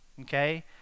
Okay